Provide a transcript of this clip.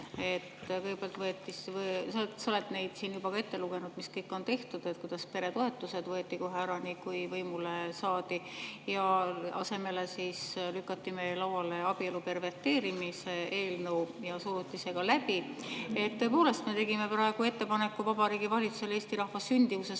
Sa oled siin juba ka ette lugenud, mis kõik on tehtud, kuidas peretoetused võeti kohe ära, nii kui võimule saadi, selle asemel lükati lauale abielu perverteerimise eelnõu ja suruti see ka läbi. Tõepoolest, me tegime praegu ettepaneku Vabariigi Valitsusele Eesti rahva sündimuse